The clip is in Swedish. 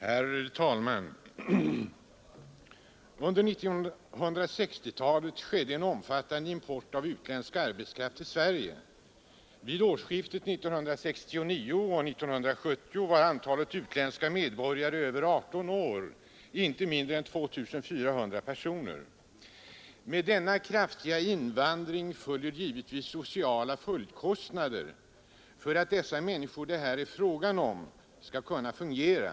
Herr talman! Under 1960-talet skedde en omfattande import av utländsk arbetskraft till Sverige. Vid årsskiftet 1969-1970 var antalet utländska medborgare över 18 år inte mindre än 240 000. Med denna kraftiga invandring följer givetvis sociala kostnader för att de människor det här är fråga om skall kunna fungera.